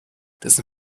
dessen